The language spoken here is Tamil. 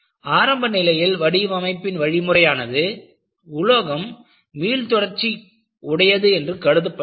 ஆரம்ப நிலையில் வடிவமைப்பின் வழிமுறையானது உலோகம் மீள் தொடர்ச்சி உடையது என்று கருதப்பட்டது